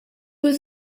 was